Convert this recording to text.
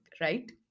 right